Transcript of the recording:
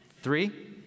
Three